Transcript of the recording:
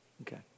Okay